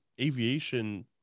aviation